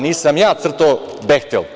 Nisam ja crtao „Behtel“